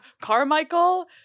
Carmichael